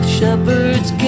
shepherds